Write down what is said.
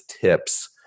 tips